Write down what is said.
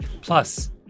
Plus